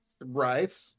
right